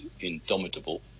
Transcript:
Indomitable